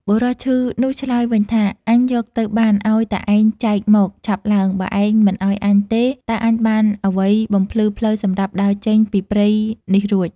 បុរសឈឺនោះឆ្លើយវិញថា "អញយកទៅបាន ឲ្យតែឯងចែកមក ឆាប់ឡើង! បើឯងមិនឲ្យអញទេ តើអញបានអ្វីបំភ្លឺផ្លូវសម្រាប់ដើរចេញពីព្រៃនេះរួច" ។